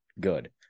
good